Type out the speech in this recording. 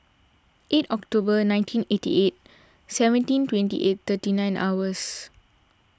eight Octorber nineteen eighty eight seventeen twenty eight thirty nine hours